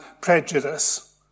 prejudice